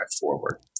forward